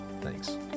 Thanks